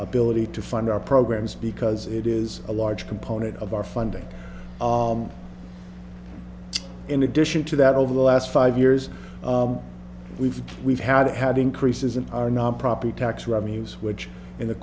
ability to fund our programs because it is a large component of our funding in addition to that over the last five years we've we've had had increases in our non property tax revenues which in the